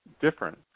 different